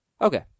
Okay